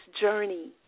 journey